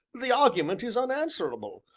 the argument is unanswerable,